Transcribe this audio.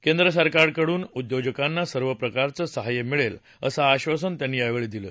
केंद्र सरकारकडून उद्योजकांना सर्व प्रकारचं सहाय्य मिळेल असं आधासन त्यांनी यावेळी दिलं